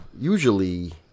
usually